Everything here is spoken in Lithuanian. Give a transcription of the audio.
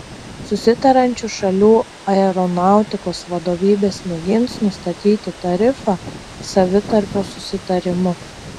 susitariančių šalių aeronautikos vadovybės mėgins nustatyti tarifą savitarpio susitarimu